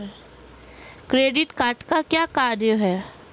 Credit card का क्या कार्य है?